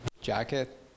jacket